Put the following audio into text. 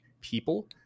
people